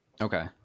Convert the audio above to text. Okay